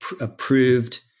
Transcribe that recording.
approved